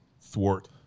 thwart